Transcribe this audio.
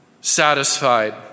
satisfied